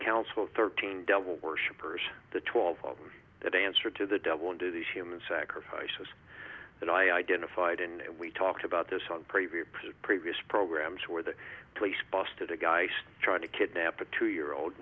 of thirteen devil worshippers the twelve that answer to the devil into the human sacrifices that i identified and we talked about this on previous previous programs where the police busted a guy still trying to kidnap a two year old